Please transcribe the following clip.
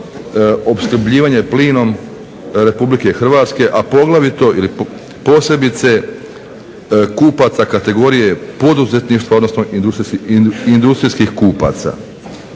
opskrbljivanje plinom Republike Hrvatske, a poglavito, ili posebice kupaca kategorije poduzetništva, odnosno industrijskih kupaca.